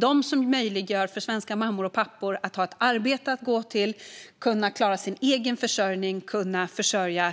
De möjliggör för svenska mammor och pappor att ha ett arbete att gå till så att de kan försörja